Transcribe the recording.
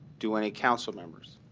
do any council members?